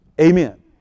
Amen